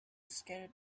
scattered